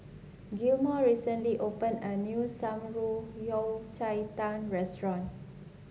Gilmore recently opened a new Shan Rui Yao Cai Tang restaurant